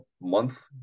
month